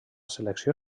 selecció